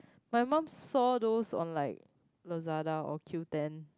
my mom saw those on like Lazada or Q-ten